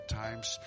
times